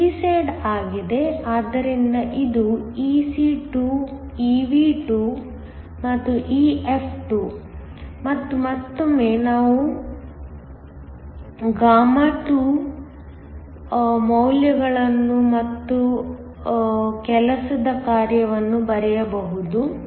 ಇದು p side ಆಗಿದೆ ಆದ್ದರಿಂದ ಇದು Ec2 Ev2 ಇದು EF2 ಮತ್ತು ಮತ್ತೊಮ್ಮೆ ನಾವು χ2 ಮೌಲ್ಯಗಳನ್ನು ಮತ್ತು ಕೆಲಸದ ಕಾರ್ಯವನ್ನು ಬರೆಯಬಹುದು